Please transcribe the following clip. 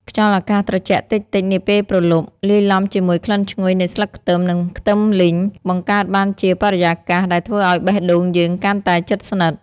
ខ្យល់អាកាសត្រជាក់តិចៗនាពេលព្រលប់ លាយឡំជាមួយក្លិនឈ្ងុយនៃស្លឹកខ្ទឹម និងខ្ទឹមលីង បង្កើតបានជាបរិយាកាសដែលធ្វើឱ្យបេះដូងយើងកាន់តែជិតស្និទ្ធ។